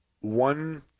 one